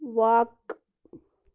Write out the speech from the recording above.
واق